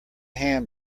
hand